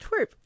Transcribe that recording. twerp